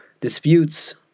disputes